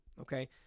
Okay